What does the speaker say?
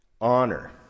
Honor